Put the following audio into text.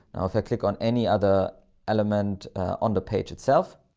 now if i click on any other element on the page itself.